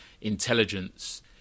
intelligence